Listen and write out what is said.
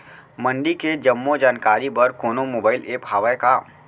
मंडी के जम्मो जानकारी बर कोनो मोबाइल ऐप्प हवय का?